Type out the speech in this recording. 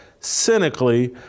cynically